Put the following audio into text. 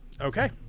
okay